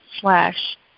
slash